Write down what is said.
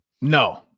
No